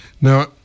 now